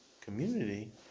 community